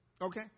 Okay